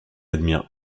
admire